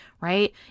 right